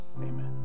Amen